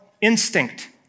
instinct